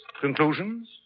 Conclusions